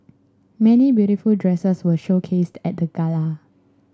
many beautiful dresses were showcased at the gala